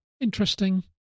interesting